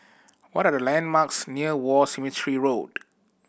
what are the landmarks near War Cemetery Road